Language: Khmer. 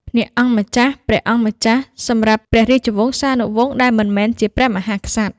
អ្នកអង្គម្ចាស់ ព្រះអង្គម្ចាស់ សម្រាប់ព្រះរាជវង្សានុវង្សដែលមិនមែនជាព្រះមហាក្សត្រ។